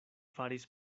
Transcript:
faris